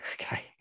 Okay